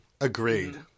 Agreed